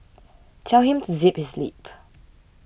tell him to zip his lip